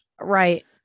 Right